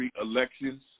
elections